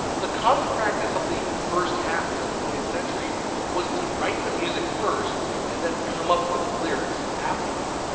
the common practice in the first half of the twentieth century was to write the music first and then come up with the lyrics afterward.